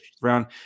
round